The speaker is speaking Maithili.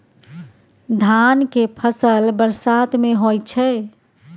धान के फसल बरसात में होय छै?